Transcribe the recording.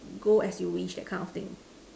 go as you wish that kind of thing